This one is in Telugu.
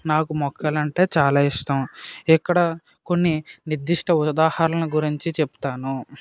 నాకు మొక్కలంటే చాలా ఇష్టం ఇక్కడ కొన్ని నిర్దిష్ట ఉదాహరణల గురించి చెప్తాను